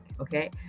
Okay